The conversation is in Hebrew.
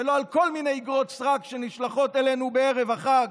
ולא על כל מיני אגרות סרק שנשלחות אלינו בערב החג,